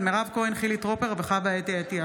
תודה.